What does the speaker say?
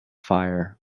fire